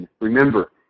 remember